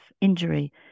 injury